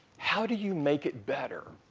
how do you make it better?